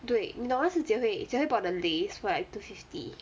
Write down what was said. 对你懂那时 jie hui jie hui bought the Lay's for like two fifty